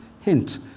hint